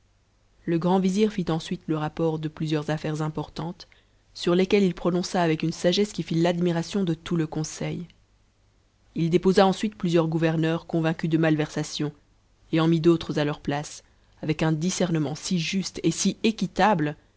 le grand vizir fit ensuite le rapport de plusieurs atïaires importantes sur lesquelles il prononça avec une sagesse qui fit admiration de tout le conseil déposa ensuite plusieurs gouverneurs convaincus de malversations et en mit d'autres à leur place avec un discernement si juste et si équitable